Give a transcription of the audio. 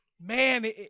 man